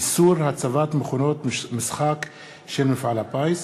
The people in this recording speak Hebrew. איסור הצבת מכונות משחק של מפעל הפיס),